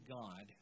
God